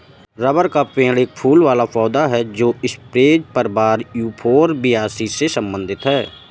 rubber का पेड़ एक फूल वाला पौधा है जो स्परेज परिवार यूफोरबियासी से संबंधित है